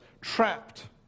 trapped